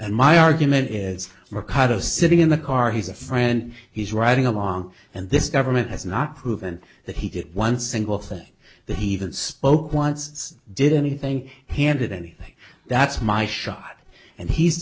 and my argument is ricardo sitting in the car he's a friend he's riding along and this government has not proven that he did one single thing that he even spoke once did anything he handed anything that's my shot and he's